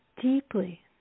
deeply